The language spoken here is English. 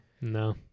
No